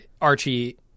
Archie